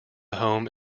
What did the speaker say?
home